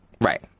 Right